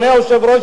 היושב-ראש,